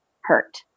hurt